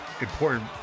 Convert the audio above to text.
important